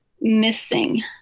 missing